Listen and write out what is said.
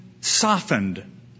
softened